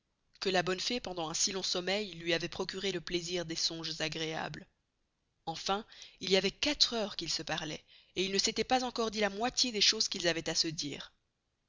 que la bonne fée pendant un si long sommeil lui avoit procuré le plaisir des songes agreables enfin il y avoit quatre heures qu'ils se parloient et ils ne s'estoient pas encore dit la moitié des choses qu'ils avoient à se dire